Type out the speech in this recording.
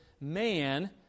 man